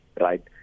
right